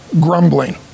grumbling